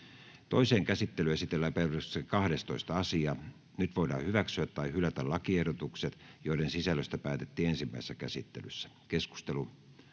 Toiseen käsittelyyn esitellään päiväjärjestyksen 5. asia. Nyt voidaan hyväksyä tai hylätä lakiehdotukset, joiden sisällöstä päätettiin ensimmäisessä käsittelyssä. Keskustelu